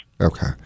Okay